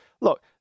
look